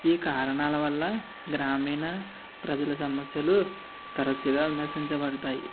ఈ కారణాల వల్ల గ్రామీణ ప్రజల సమస్యలు తరచుగా విమర్శించబడతాయి